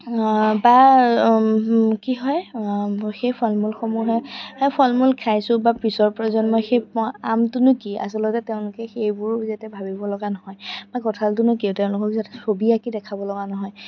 বা কি হয় সেই ফল মূলসমূহে সেই ফল মূল খাইছোঁ বা পিছৰ প্ৰজন্মই সেই আমটোনো কি আচলতে তেওঁলোকে সেইবোৰ যাতে ভাবিবলগা নহয় বা কঁঠালটোনো কি তেওঁলোকক যাতে ছবি আঁকি দেখাবলগা নহয়